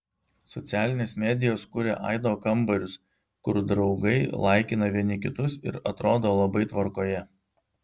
socialinės medijos kuria aido kambarius kur draugai laikina vieni kitus ir atrodo labai tvarkoje